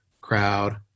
crowd